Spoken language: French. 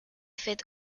fête